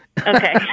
Okay